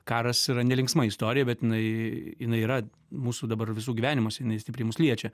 karas yra nelinksma istorija bet jinai jinai yra mūsų dabar visų gyvenimuose jinai stipriai mus liečia